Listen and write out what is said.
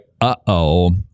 uh-oh